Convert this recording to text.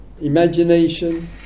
imagination